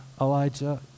Elijah